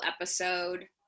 episode